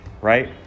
right